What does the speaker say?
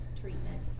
treatment